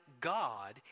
God